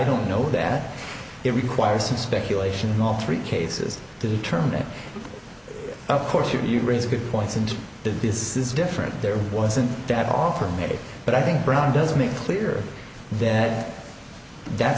don't know that it requires some speculation in all three cases to determine that of course you do raise a good points and that this is different there wasn't that offer made but i think brown does make clear that that